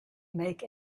make